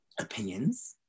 opinions